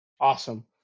awesome